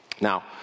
Now